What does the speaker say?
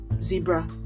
zebra